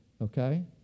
okay